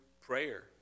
prayer